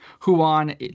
Huan